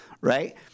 Right